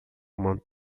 monte